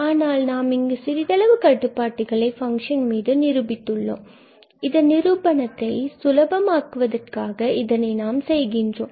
ஆனால் இங்கு நாம் சிறிதளவு கட்டுப்பாடுகளை ஃபங்ஷன் மீது விதித்துள்ளோம் இதன் நிருபனத்தை சுலபம் ஆக்குவதற்காக இதனை செய்கிறோம்